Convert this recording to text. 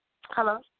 Hello